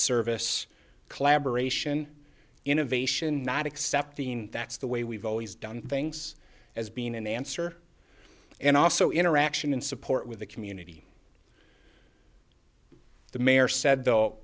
service collaboration innovation not accepting that's the way we've always done things as being an answer and also interaction and support with the community the mayor said though